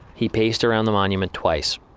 he paced around the monument twice.